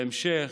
בהמשך,